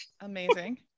amazing